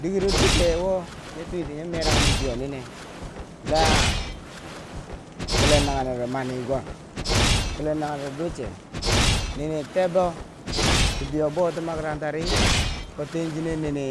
Dikero duche wo nyi chwiti nyi merang bibeiyo nine la kulen nanghenero mani gwam kulen nayerero duche nini tebbo bibeiyo bouti makaranta ri, ko tenchinen nini